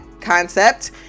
concept